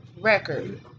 record